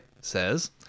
says